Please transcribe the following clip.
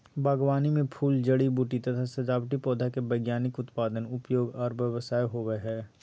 बागवानी मे फूल, जड़ी बूटी तथा सजावटी पौधा के वैज्ञानिक उत्पादन, उपयोग आर व्यवसाय होवई हई